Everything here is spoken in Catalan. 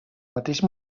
mateix